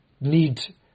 need